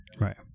Right